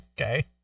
Okay